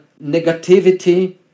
negativity